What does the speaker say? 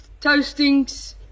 toastings